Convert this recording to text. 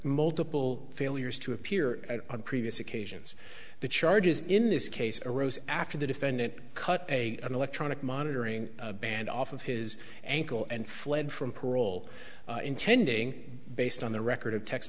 multiple failures to appear on previous occasions the charges in this case arose after the defendant cut a electronic monitoring band off of his ankle and fled from parole intending based on the record of text